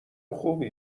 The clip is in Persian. خوبی